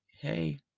hey